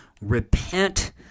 repent